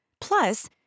Plus